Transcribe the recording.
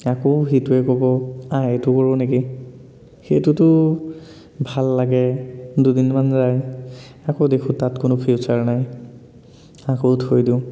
আকৌ সিটোৱে ক'ব আহ এইটো কৰোঁ নেকি সেইটোতো ভাল লাগে দুদিনমান যায় আকৌ দেখোঁ তাত কোনো ফিউচাৰ নাই আকৌ থৈ দিওঁ